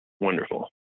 Wonderful